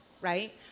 right